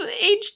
Age